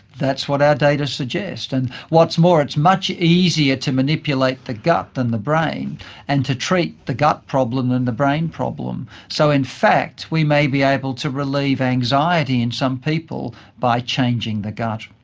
that's what our data suggest, and what's more it's much easier to manipulate the gut than the brain and to treat the gut problem than the brain problem. so in fact we may be able to relieve anxiety in some people by changing the gut.